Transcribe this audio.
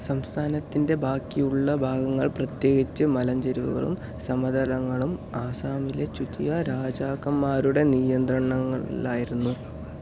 സംസ്ഥാനത്തിൻ്റെ ബാക്കിയുള്ള ഭാഗങ്ങൾ പ്രത്യേകിച്ച് മലഞ്ചെരിവുകളും സമതലങ്ങളും ആസാമിലെ ചുതിയ രാജാക്കന്മാരുടെ നിയന്ത്രണങ്ങളിലായിരുന്നു